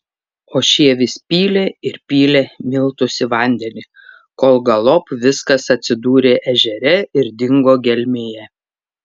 o šie vis pylė ir pylė miltus į vandenį kol galop viskas atsidūrė ežere ir dingo gelmėje